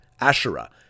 Asherah